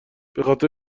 بخاطر